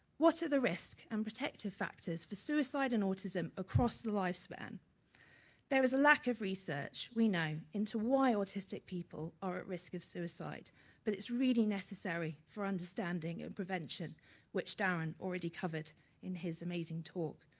what are the risk and protective factors for and autism across the life span. there's lack of research we know into why autistic people are at risk of suicide but it's really necessary for understanding and prevention which darren already covered in his amazing talk.